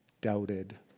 doubted